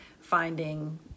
finding